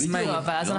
אז מה יהיה?